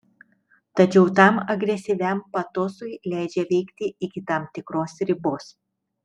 tačiau tam agresyviam patosui leidžia veikti iki tam tikros ribos